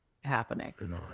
happening